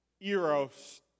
eros